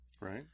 right